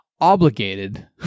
obligated